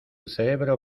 cerebro